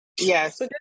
Yes